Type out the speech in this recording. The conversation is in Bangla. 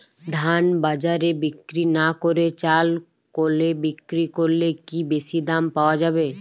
ধান বাজারে বিক্রি না করে চাল কলে বিক্রি করলে কি বেশী দাম পাওয়া যাবে?